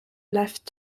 left